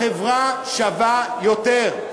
החברה שווה יותר,